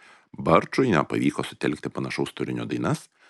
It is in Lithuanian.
barčui nepavyko sutelkti panašaus turinio dainas